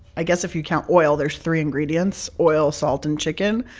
i guess if you count oil, there's three ingredients oil, salt and chicken.